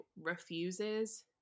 refuses